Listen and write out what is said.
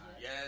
Yes